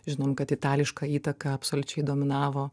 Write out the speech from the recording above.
žinom kad itališka įtaka absoliučiai dominavo